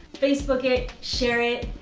facebook it, share it,